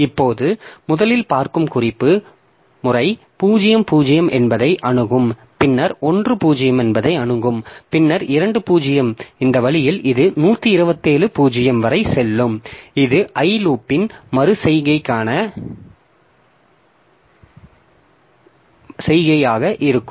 இப்போது முதலில் பார்க்கும் குறிப்பு முறை 0 0 என்பதை அணுகும் பின்னர் 1 0 என்பதை அணுகும் பின்னர் 2 0 இந்த வழியில் இது 127 0 வரை செல்லும் இது i லூப்பின் 1 மறு செய்கையாக இருக்கும்